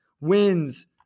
wins